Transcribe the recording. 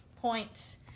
points